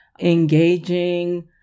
engaging